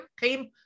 came